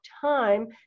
time